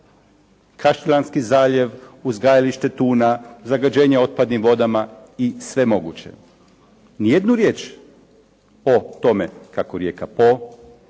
razumije./… zaljev, uzgajalište tuna, zagađenje otpadnim vodama i sve moguće. Ni jednu riječ o tome kako rijeka Po